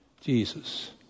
Jesus